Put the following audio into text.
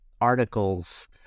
articles